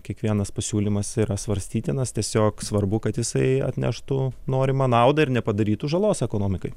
kiekvienas pasiūlymas yra svarstytinas tiesiog svarbu kad jisai atneštų norimą naudą ir nepadarytų žalos ekonomikai